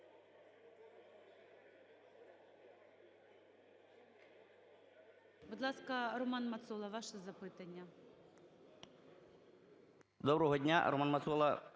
Доброго дня. Роман Мацола,